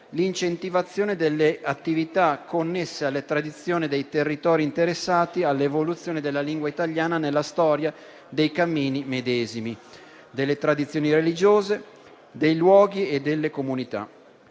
l'incentivazione delle attività connesse alle tradizioni dei territori interessati dall'evoluzione della lingua italiana nella storia dei cammini medesimi, delle tradizioni religiose, dei luoghi e delle comunità,